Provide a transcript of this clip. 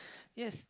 yes